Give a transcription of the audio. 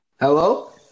Hello